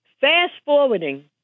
fast-forwarding